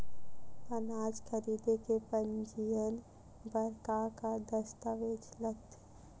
अनाज खरीदे के पंजीयन बर का का दस्तावेज लगथे?